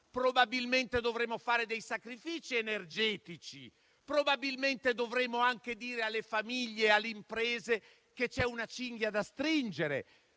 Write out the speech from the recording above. probabilmente dovremo fare dei sacrifici energetici, probabilmente dovremo anche dire alle famiglie e alle imprese che c'è una cinghia da stringere.